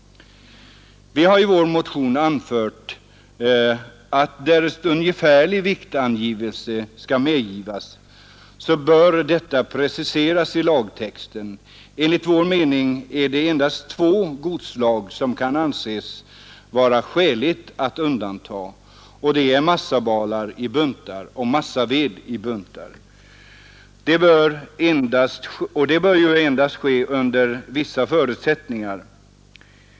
Vi har i vår motion anfört att därest ungefärlig viktangivelse skall medgivas, bör detta preciseras i lagtexten. Enligt vår mening är det endast två godsslag för vilka skäl till undantag kan föreligga: massabalar och massaved i buntar. Men det bör endast ske under vissa förutsättningar.